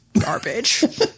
garbage